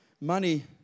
money